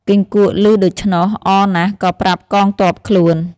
គង្គក់ឮដូច្នោះអរណាស់ក៏ប្រាប់កងទ័ពខ្លួន ។